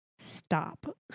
Stop